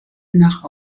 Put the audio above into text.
nach